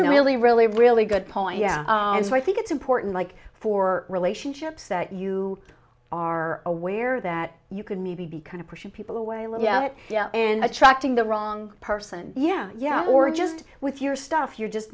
some really really really good point and so i think it's important like for relationships that you are aware that you could maybe be kind of pushing people away and attracting the wrong person yeah yeah or just with your stuff you're just